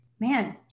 man